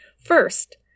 First